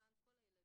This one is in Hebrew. למען כל הילדים.